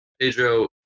Pedro